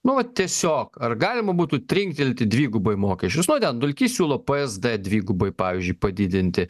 nu va tiesiog ar galima būtų trinktelti dvigubai mokesčius nu ten dulkys siūlo psd dvigubai pavyzdžiui padidinti